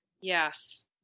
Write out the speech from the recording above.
yes